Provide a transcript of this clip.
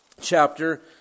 chapter